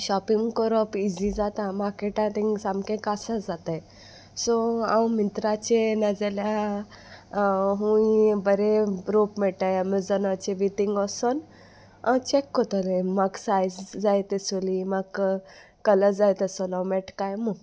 shopping कोरप easy जाता मार्केटान थींग सामकें कासार जाताय सो हांव मिंत्राचेर नाजाल्या हूंय बरे रोप मेळटाय एमेजोनाचेर बी थींग वोसोन हांव चॅक कोत्तोलें म्हाक सायज जाय तेसोली म्हाका कलर जाय तेसोलो मेळट काय म्हूण